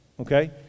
okay